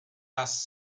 das